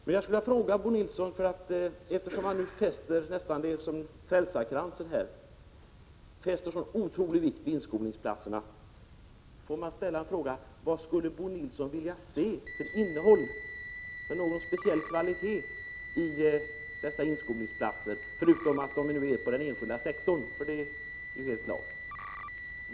Men jag skulle vilja ställa en fråga till Bo Nilsson, eftersom han fäster en sådan otrolig vikt vid inskolningsplatserna och ser detta nästan som en frälsarkrans: Vilket innehåll, vilken speciell kvalitet skulle Bo Nilsson vilja ha i dessa inskolningsplatser, förutom att de helt klart finns inom den enskilda sektorn?